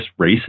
racist